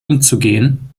umzugehen